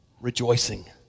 rejoicing